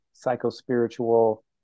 psycho-spiritual